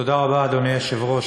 אדוני היושב-ראש,